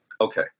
Okay